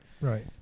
right